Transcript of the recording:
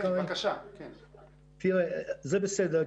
זה בסדר.